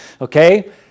Okay